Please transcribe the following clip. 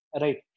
Right